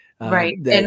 Right